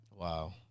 Wow